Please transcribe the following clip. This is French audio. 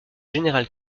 général